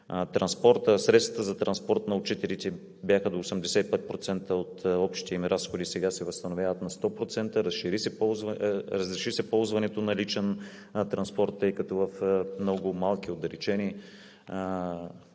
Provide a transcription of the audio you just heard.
средствата за транспорт на учителите бяха до 85% от общите им разходи, сега се възстановяват на 100%. Разреши се ползването на личен транспорт, тъй като в много малки и отдалечени